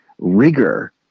rigor